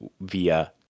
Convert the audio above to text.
via